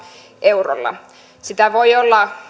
eurolla sitä voi olla